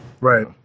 Right